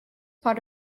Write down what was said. part